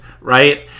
right